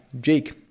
Jake